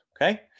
Okay